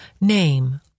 Name